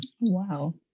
Wow